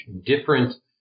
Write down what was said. different